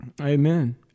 Amen